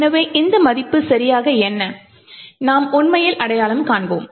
எனவே இந்த மதிப்பு சரியாக என்ன நாம் உண்மையில் அடையாளம் காண்போம்